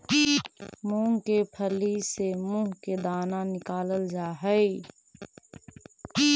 मूंग के फली से मुंह के दाना निकालल जा हई